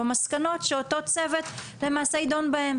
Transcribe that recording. במסקנות שאותו צוות יידון בהן.